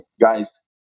guys